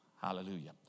Hallelujah